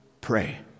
pray